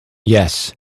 yes